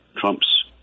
Trump's